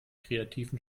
kreativen